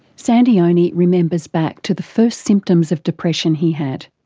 sandy onie remembers back to the first symptoms of depression he had.